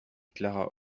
clara